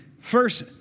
First